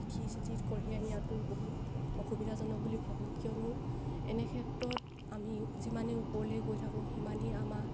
পিঠি চিঠিত কঢ়িয়াই নিয়াতো বহুত অসুবিধাজনক বুলি ভাবোঁ কিয়নো এনে ক্ষেত্ৰত আমি যিমানেই ওপৰলৈ গৈ থাকোঁ সিমানেই আমা